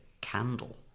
candle